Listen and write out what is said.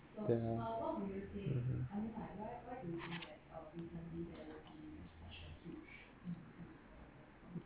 ya mmhmm